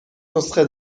نسخه